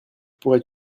pourrais